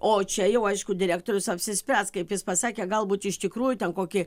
o čia jau aišku direktorius apsispręs kaip jis pasakė galbūt iš tikrųjų ten kokį